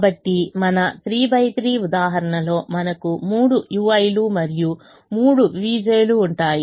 కాబట్టి మన 3 బై 3 ఉదాహరణలో మనకు 3 ui'sలు మరియు 3 vjలు ఉంటాయి